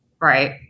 Right